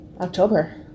October